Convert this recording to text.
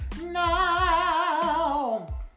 now